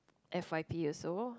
F_Y_P also